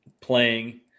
playing